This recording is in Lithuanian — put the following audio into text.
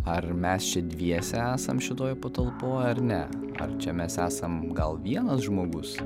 ar mes čia dviese esam šitoj patalpoj ar ne ar čia mes esam gal vienas žmogus